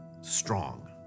strong